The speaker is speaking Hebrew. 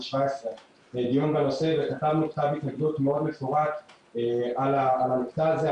דיון בנושא וכתבנו כתב התנגדות מאוד מפורט על המקטע הזה,